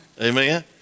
Amen